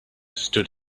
stood